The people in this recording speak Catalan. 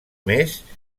més